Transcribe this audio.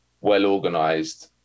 well-organized